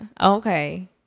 okay